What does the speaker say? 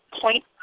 point